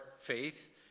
faith